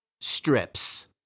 strips